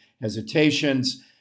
hesitations